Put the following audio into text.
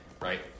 right